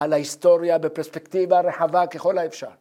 על ההיסטוריה בפרספקטיבה רחבה ככל האפשר.